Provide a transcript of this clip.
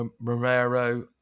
Romero